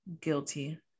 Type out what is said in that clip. guilty